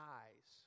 eyes